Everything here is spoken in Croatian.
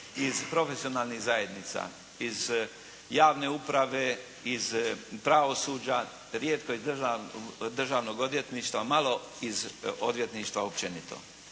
iz profesionalnih zajednica, iz javne uprave, iz pravosuđa, rijetko iz državnog odvjetništva, malo iz odvjetništva općenito.